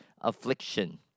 affliction